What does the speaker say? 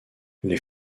les